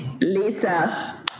Lisa